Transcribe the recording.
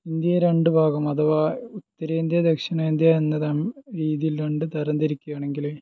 ഇന്ത്യയെ രണ്ടുഭാഗം അഥവാ ഉത്തരേന്ത്യ ദക്ഷിണേന്ത്യ എന്ന രണ്ട് രീതിയിൽ രണ്ടുതരം തിരിക്കാണെങ്കിൽ